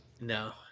no